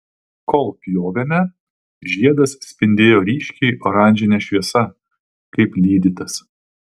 kol pjovėme žiedas spindėjo ryškiai oranžine šviesa kaip lydytas